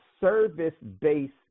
service-based